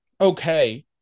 okay